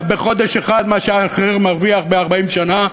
בחודש אחד מה שהאחר מרוויח ב-40 שנה,